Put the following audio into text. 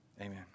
Amen